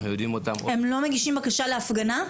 הם לא מגישים בקשה להפגנה?